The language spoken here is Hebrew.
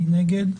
מי נגד?